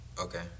Okay